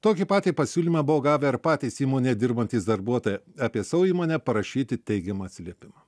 tokį patį pasiūlymą buvo gavę ir patys įmonėje dirbantys darbuotojai apie savo įmonę parašyti teigiamą atsiliepimą